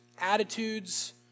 attitudes